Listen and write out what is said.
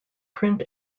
print